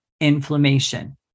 inflammation